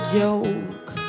joke